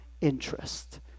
interest